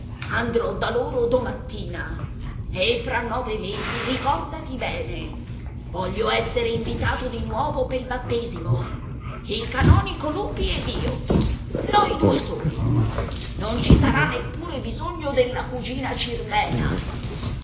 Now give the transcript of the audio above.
andrò da loro domattina e fra nove mesi ricordati bene voglio essere invitato di nuovo pel battesimo il canonico lupi ed io noi due soli non ci sarà neppure bisogno della cugina cirmena